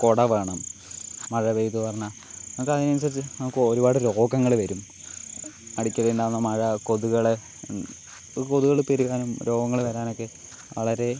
കുട വേണം മഴ പെയ്തു പറഞ്ഞാൽ നമുക്കതിനനുസരിച്ച് നമുക്ക് ഒരുപാട് രോഗങ്ങൾ വരും അടിക്കടി ഉണ്ടാവുന്ന മഴ കൊതുകൾ അത് കൊതുകുകൾ പെരുകാനും രോഗങ്ങൾ വരാനുമൊക്കെ വളരെ